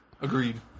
Agreed